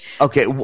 Okay